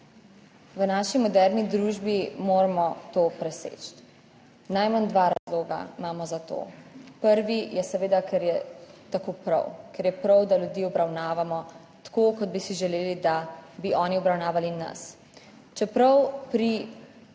v naši moderni družbi moramo to preseči. Najmanj dva razloga imamo za to. Prvi je seveda, ker je tako prav. Ker je prav, da ljudi obravnavamo tako kot bi si želeli, da bi oni obravnavali nas. Čeprav pri